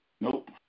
nope